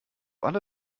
alle